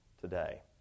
today